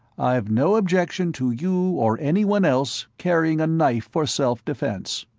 i've no objection to you, or anyone else, carrying a knife for self-defense.